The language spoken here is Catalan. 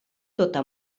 tota